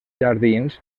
jardins